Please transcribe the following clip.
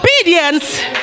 obedience